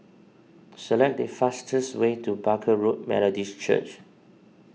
select the fastest way to Barker Road Methodist Church